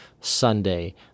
Sunday